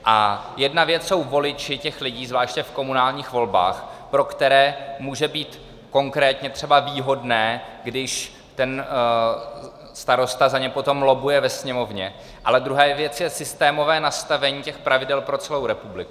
A jedna věc jsou voliči těch lidí, zvláště v komunálních volbách, pro které může být konkrétně třeba výhodné, když starosta za ně potom lobbuje ve Sněmovně, ale druhá věc je systémové nastavení těch pravidel pro celou republiku.